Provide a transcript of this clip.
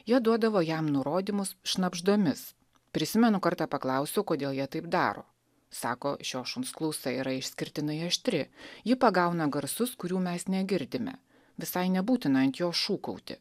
jie duodavo jam nurodymus šnabždomis prisimenu kartą paklausiau kodėl jie taip daro sako šio šuns klausa yra išskirtinai aštri ji pagauna garsus kurių mes negirdime visai nebūtina ant jo šūkauti